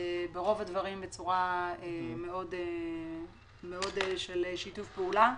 ברוב הדברים בצורה של שיתוף פעולה.